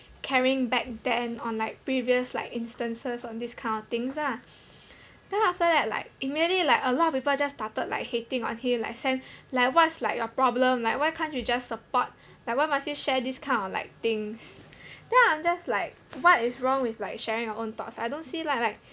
caring back then on like previous like instances on this kind of things lah then after that like immediately like a lot people just started like hating on him like send like what's like your problem like why can't you just support like why must you share this kind of like things then I'm just like what is wrong with like sharing your own thoughts I don't see lah like